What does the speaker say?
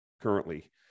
currently